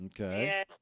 Okay